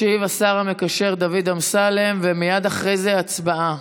ישיב השר המקשר דוד אמסלם, ומייד אחרי זה הצבעה,